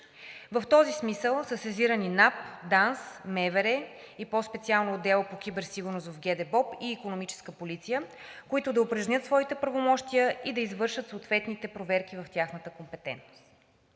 В този смисъл са сезирани НАП, ДАНС, МВР и по-специално Отделът по киберсигурност в ГДБОП и Икономическа полиция, които да упражнят своите правомощия и да извършат съответните проверки в тяхната компетентност.